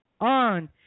on